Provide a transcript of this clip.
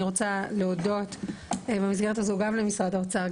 רוצה להודות במסגרת הזו גם למשרד האוצר,